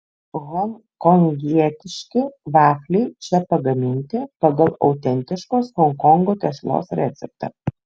honkongietiški vafliai čia pagaminti pagal autentiškos honkongo tešlos receptą